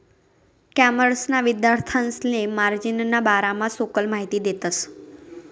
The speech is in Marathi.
कॉमर्सना विद्यार्थांसले मार्जिनना बारामा सखोल माहिती देतस